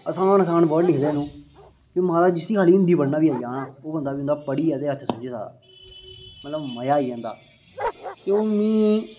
आसान आसान वर्ड लिखदे न ओह् महाराज जिसी खाली हिंदी पढना बी आई जाए ना ओह् बंदा बी पढ़ियै ना अच्छा समझी सकदा मतलब मजा आई जंदा के हून मी